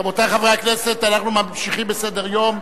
רבותי חברי הכנסת, אנחנו ממשיכים בסדר-היום,